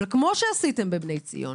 אבל כמו שעשיתם בבני ציון,